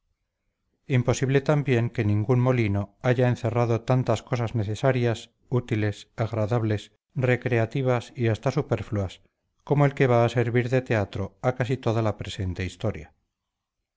imposible también que ningún molino haya encerrado tantas cosas necesarias útiles agradables recreativas y hasta superfluas como el que va a servir de teatro a casi toda la presente historia